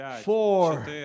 Four